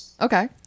Okay